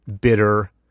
bitter